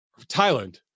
Thailand